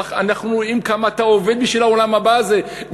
אנחנו רואים כמה אתה עובד בשביל העולם הבא הזה,